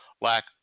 lack